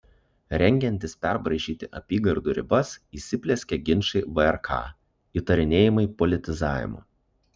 rengiantis perbraižyti apygardų ribas įsiplieskė ginčai vrk įtarinėjimai politizavimu